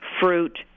Fruit